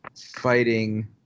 fighting